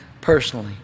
personally